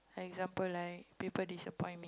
like example like people disappoint me